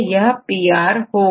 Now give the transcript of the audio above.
यहPIR होगा